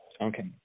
okay